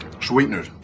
sweeteners